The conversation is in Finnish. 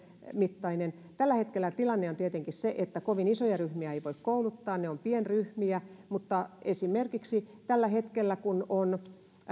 mittainen tällä hetkellä tilanne on tietenkin se että kovin isoja ryhmiä ei voi kouluttaa ne ovat pienryhmiä mutta esimerkiksi tällä hetkellä kun